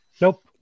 nope